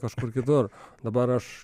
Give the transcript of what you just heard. kažkur kitur dabar aš